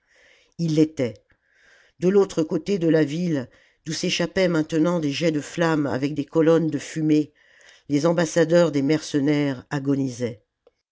ii l'était de l'autre côté de la ville d'où s'échappaient maintenant des jets de flammes avec des colonnes de fumée les ambassadeurs des mercenaires agonisaient